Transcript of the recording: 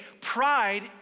pride